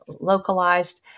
localized